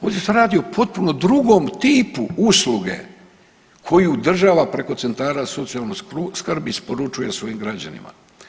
Ovdje se radi o potpuno drugom tipu usluge koju država preko centara za socijalnu skrb isporučuje svojim građanima.